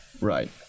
Right